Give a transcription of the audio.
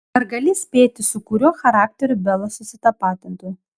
ar gali spėti su kuriuo charakteriu bela susitapatintų